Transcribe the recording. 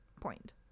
point